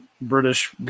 British